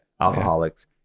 Alcoholics